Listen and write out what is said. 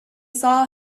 saw